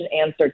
answer